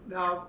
Now